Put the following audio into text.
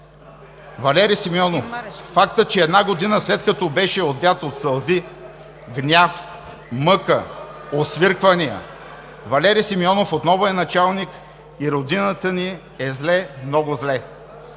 ВЕСЕЛИН МАРЕШКИ: Фактът, че една година, след като беше отвят от сълзи, гняв, мъка, освирквания, Валери Симеонов отново е началник и родината ни е зле, много зле.